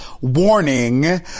warning